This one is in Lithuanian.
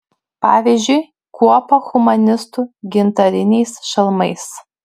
pavyzdžiui kuopą humanistų gintariniais šalmais